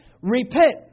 repent